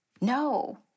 No